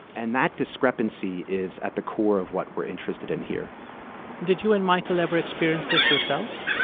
and that discrepancy is at the core of what we're interested in here did you and michael ever experience this yourselves?